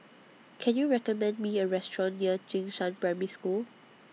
Can YOU recommend Me A Restaurant near Jing Shan Primary School